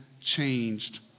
changed